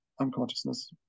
unconsciousness